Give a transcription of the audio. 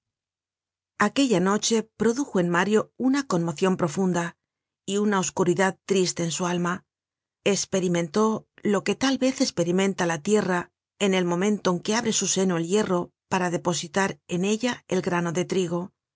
aquella noche produjo en mario una conmocion profunda y una oscuridad triste en su alma esperimentó lo que tal vez esperimenta la tierra en el momento en que abre su seno el hierro para depositar en ella el grano de trigo